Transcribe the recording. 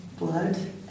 Blood